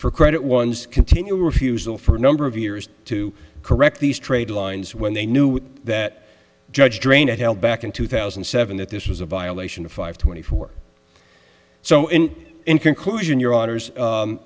for credit one's continued refusal for a number of years to correct these trade lines when they knew that judge drainage held back in two thousand and seven that this was a violation of five twenty four so in conclusion your